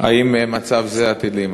האם מצב זה עתיד להימשך?